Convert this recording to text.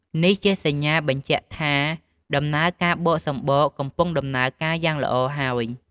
នេះជាសញ្ញាបញ្ជាក់ថាដំណើរការបកសម្បកកំពុងដំណើរការយ៉ាងល្អហើយ។